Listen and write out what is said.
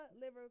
liver